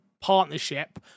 partnership